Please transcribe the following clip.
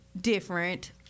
different